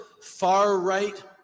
far-right